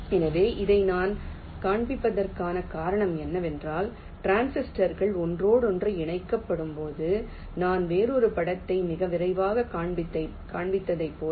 எனவே இதை நான் காண்பிப்பதற்கான காரணம் என்னவென்றால் டிரான்சிஸ்டர்கள் ஒன்றோடொன்று இணைக்கப்படும்போது நான் வேறொரு படத்தை மிக விரைவாக காண்பிப்பதைப் போல